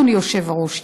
אדוני היושב-ראש,